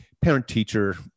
parent-teacher